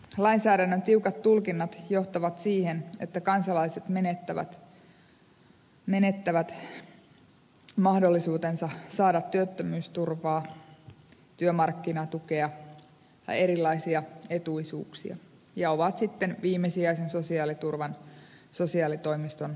lainsäädännön tiukat tulkinnat johtavat siihen että kansalaiset menettävät mahdollisuutensa saada työttömyysturvaa työmarkkinatukea ja erilaisia etuisuuksia ja ovat sitten viimesijaisen sosiaaliturvan sosiaalitoimiston luukun varassa